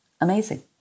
amazing